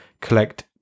collect